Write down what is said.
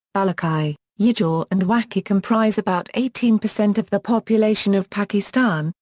balochi, yidgha ah and wakhi comprise about eighteen percent of the population of pakistan,